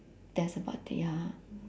that's about it ya